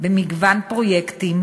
במגוון פרויקטים,